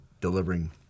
delivering